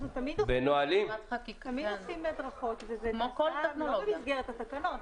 אנחנו תמיד עושים הדרכות וזה נעשה לא במסגרת התקנות.